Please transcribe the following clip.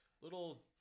little